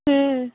ह